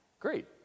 Great